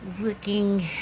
looking